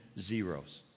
zeros